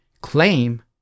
claim